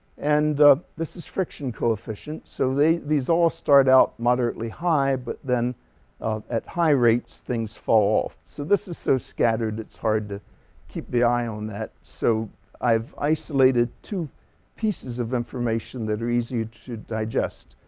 and this is friction coefficient. so they these all start out moderately high but then at high rates things fall off so this is so scattered it's hard to keep the eye on that so i've isolated two pieces of information that are easy to digest.